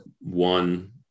one